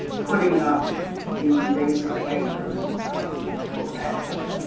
putting up the basic papers for access,